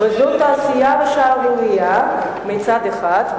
זו תעשייה ושערורייה מצד אחד.